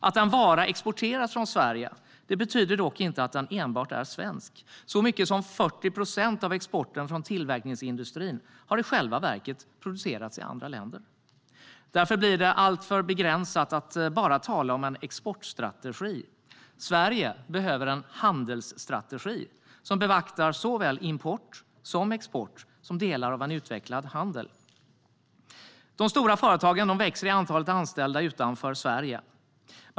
Att en vara exporteras från Sverige betyder dock inte att den enbart är svensk. Så mycket som 40 procent av exporten från tillverkningsindustrin har i själva verket producerats i andra länder. Därför blir det alltför begränsat att bara tala om en exportstrategi. Sverige behöver en handelsstrategi som beaktar såväl import som export som delar av en utvecklad handel. De stora företagen växer i antalet anställda utanför Sverige.